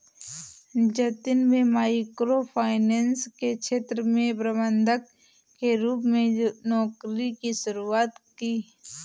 जतिन में micro finance के क्षेत्र में प्रबंधक के रूप में नौकरी की शुरुआत की